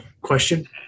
question